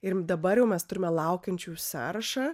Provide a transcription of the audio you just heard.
ir dabar jau mes turime laukiančių sąrašą